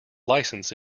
licence